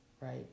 right